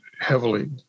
heavily